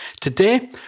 Today